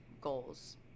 goals